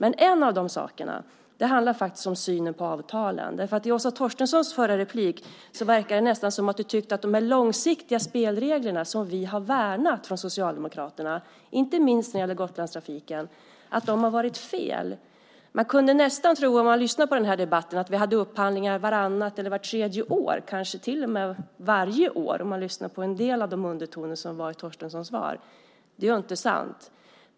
En av de sakerna gäller synen på avtalen. Att döma av Åsa Torstenssons förra replik verkar hon tycka att de långsiktiga spelreglerna, som vi från socialdemokratisk sida har värnat, inte minst när det gäller Gotlandstrafiken, har varit fel. När man lyssnar på debatten kunde man tro att vi hade upphandlingar vartannat eller vart tredje år - eller kanske till och med varje år, att döma av en del undertoner i Torstenssons svar. Det är ju inte sant.